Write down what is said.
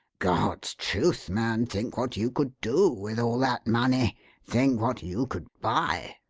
god's truth, man, think what you could do with all that money think what you could buy!